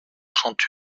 trente